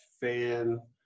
fan